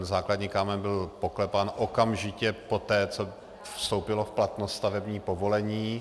Základní kámen byl poklepán okamžitě poté, co vstoupilo v platnost stavební povolení.